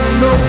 no